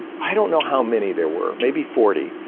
i don't know how many there were, maybe forty,